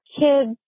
kids